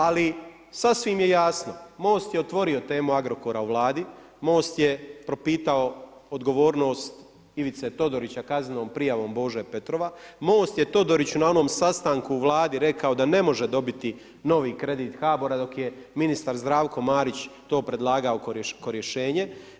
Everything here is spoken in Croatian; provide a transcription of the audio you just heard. Ali, sasvim je jasno, MOST je otvorio temu Agrokora u Vladi, MOST je propitao odgovornost Ivice Todorića kaznenom prijavom Bože Petrova, MOST je Todoriću na onom sastanku u Vladi rekao da ne može dobiti novi kredit HBOR-a dok je ministar Zdravko Marić to predlagao kao rješenje.